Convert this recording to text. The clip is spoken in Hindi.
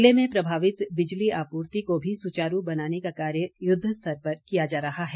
जिले में प्रभावित बिजली आपूर्ति को भी सुचारू बनाने का कार्य युद्धस्तर पर किया जा रहा है